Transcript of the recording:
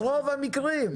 ברוב המקרים.